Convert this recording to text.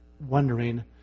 wondering